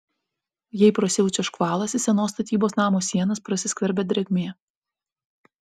jei prasiaučia škvalas į senos statybos namo sienas prasiskverbia drėgmė